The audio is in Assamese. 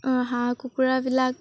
হাঁহ কুকুৰাবিলাক